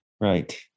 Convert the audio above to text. Right